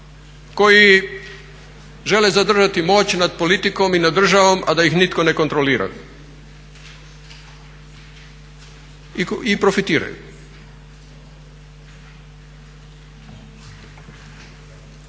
koji žele zadržati moć nad politikom i nad državom a da ih nitko ne kontrolira i profitiraju.